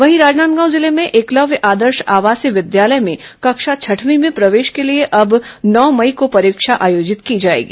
वहीं राजनांदगांव जिले में एकलव्य आदर्श आवासीय विद्यालय में कक्षा छठवीं में प्रवेश के लिए अब नौ मई को परीक्षा आयोजित की जाएगी